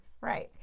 Right